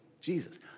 Jesus